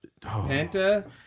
Penta